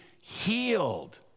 healed